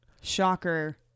Shocker